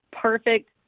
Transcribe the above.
perfect